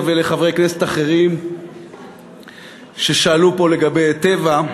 ולחברי כנסת אחרים ששאלו פה לגבי "טבע".